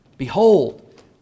Behold